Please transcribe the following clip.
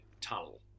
tunnel